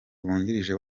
wungirije